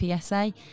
psa